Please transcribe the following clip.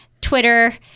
Twitter